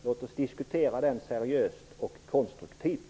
Låt oss diskutera den seriöst och konstruktivt!